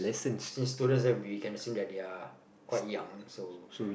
since students then we can assume that they're quite young so